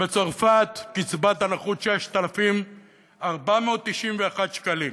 בצרפת קצבת הנכות היא 6,491 שקלים,